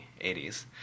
80s